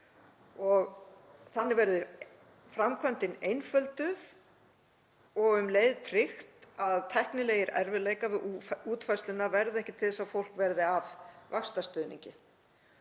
og þannig verði framkvæmdin einfölduð og um leið tryggt að tæknilegir erfiðleikar við útfærsluna verði ekki til þess að fólk verði af vaxtastuðningi.